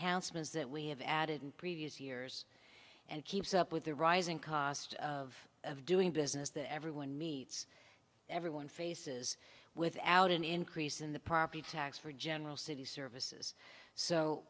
handsomest that we have added in previous years and keeps up with the rising cost of of doing business the everyone meets everyone faces without an increase in the property tax for general city services so